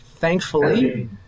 Thankfully